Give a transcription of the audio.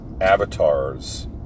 avatars